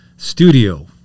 Studio